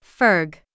Ferg